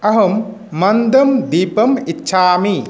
अहं मन्दं दीपम् इच्छामि